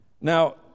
Now